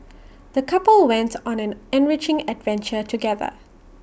the couple went on an enriching adventure together